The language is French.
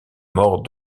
mort